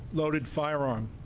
loaded firearm.